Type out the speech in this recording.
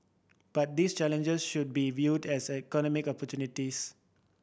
but these challenges should be viewed as economic opportunities